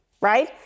Right